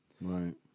Right